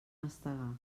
mastegar